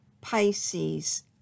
Pisces